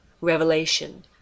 Revelation